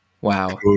Wow